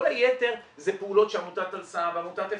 כל היתר זה פעולות שעמותת "אל סם" ועמותת "אפשר"